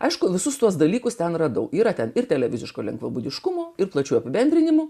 aišku visus tuos dalykus ten radau yra ten ir televiziško lengvabūdiškumo ir plačių apibendrinimų